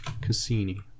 Cassini